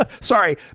Sorry